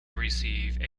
receive